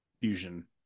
fusion